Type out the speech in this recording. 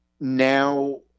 now